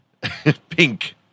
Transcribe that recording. pink